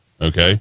okay